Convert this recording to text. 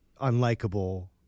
unlikable